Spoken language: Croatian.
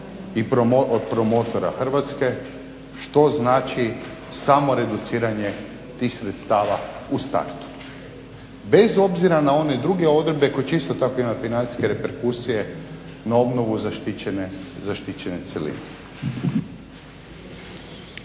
i promotora Hrvatske što znači samo reduciranje tih sredstava u startu bez obzira na one druge odredbe koje će isto tako imati financijske reperkusije na obnovu zaštićene cjeline.